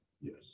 Yes